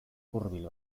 hurbil